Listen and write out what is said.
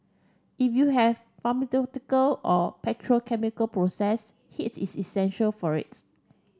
if you have pharmaceutical or petrochemical process heats is essential for its